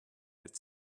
had